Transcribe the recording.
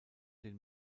den